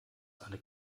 eine